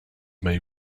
may